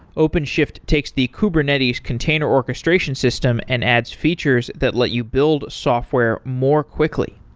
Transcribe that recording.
openshift takes the kubernetes container orchestration system and adds features that let you build software more quickly.